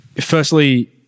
Firstly